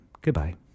Goodbye